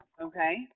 Okay